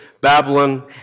Babylon